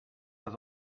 das